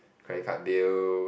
credit card bill